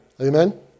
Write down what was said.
Amen